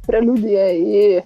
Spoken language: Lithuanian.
preliudija į